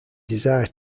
desire